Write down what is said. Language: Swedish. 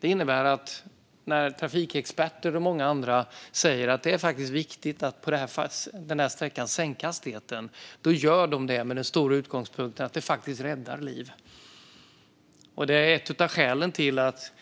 Det innebär att när trafikexperter och många andra säger att det är viktigt att sänka hastigheten på en viss sträcka gör de det med den tydliga utgångspunkten att det faktiskt räddar liv. Det var ett av skälen till att